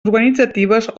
organitzatives